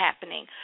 happening